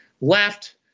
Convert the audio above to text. left